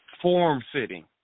form-fitting